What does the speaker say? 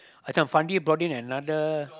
that time Fandi brought in another